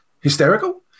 hysterical